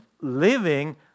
living